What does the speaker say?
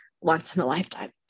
once-in-a-lifetime